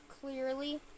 clearly